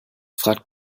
fragt